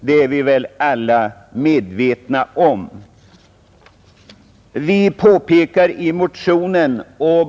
Detta är vi väl alla medvetna om.